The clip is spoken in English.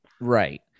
Right